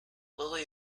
lily